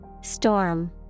Storm